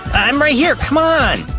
i'm right here, come on!